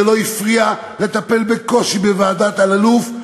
זה לא הפריע לטפל בקושי בוועדת אלאלוף.